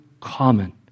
common